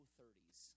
30s